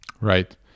Right